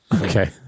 Okay